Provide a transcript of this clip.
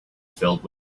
filled